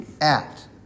act